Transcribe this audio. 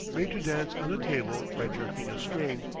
made to dance on a table by jerking a string.